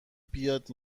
بیاد